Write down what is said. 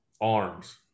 arms